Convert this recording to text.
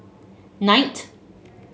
knight